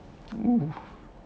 oo